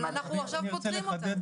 אבל אנחנו עכשיו פותרים אותה.